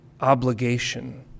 obligation